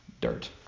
dirt